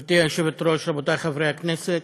גברתי היושבת-ראש, רבותי חברי הכנסת,